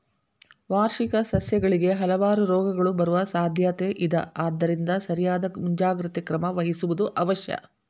ವಾರ್ಷಿಕ ಸಸ್ಯಗಳಿಗೆ ಹಲವಾರು ರೋಗಗಳು ಬರುವ ಸಾದ್ಯಾತೆ ಇದ ಆದ್ದರಿಂದ ಸರಿಯಾದ ಮುಂಜಾಗ್ರತೆ ಕ್ರಮ ವಹಿಸುವುದು ಅವಶ್ಯ